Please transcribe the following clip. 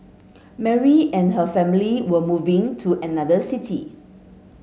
Mary and her family were moving to another city